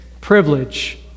privilege